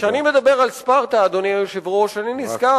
כשאני מדבר על ספרטה, אדוני היושב-ראש, אני נזכר